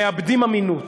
מאבדים אמינות.